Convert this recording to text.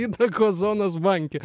įtakos zonas banke